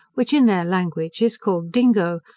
which in their language is called dingo,